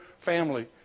family